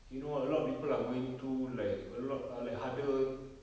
you know a lot of people are going through like a lot uh like harder